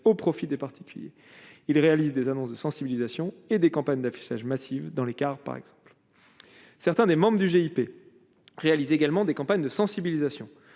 au profit des particuliers, il réalise des annonces de sensibilisation et des campagnes d'affichage massive dans les Cars, par exemple, certains des membres du GIP réalise également des campagnes de sensibilisation,